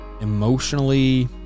emotionally